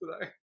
today